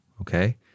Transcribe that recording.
okay